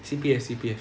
C_P_F C_P_F